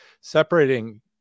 Separating